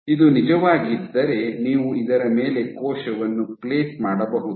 ಇದು ನಿಜವಾಗಿದ್ದರೆ ನೀವು ಇದರ ಮೇಲೆ ಕೋಶವನ್ನು ಪ್ಲೇಟ್ ಮಾಡಬಹುದು